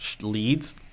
leads